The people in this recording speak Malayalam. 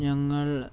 ഞങ്ങൾ